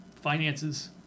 finances